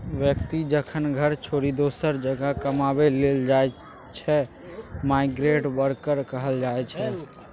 बेकती जखन घर छोरि दोसर जगह कमाबै लेल जाइ छै माइग्रेंट बर्कर कहल जाइ छै